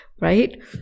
right